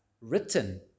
written